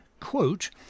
quote